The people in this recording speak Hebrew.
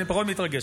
אני פחות מתרגש.